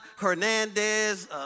Hernandez